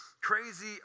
crazy